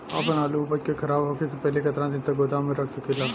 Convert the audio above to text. आपन आलू उपज के खराब होखे से पहिले केतन दिन तक गोदाम में रख सकिला?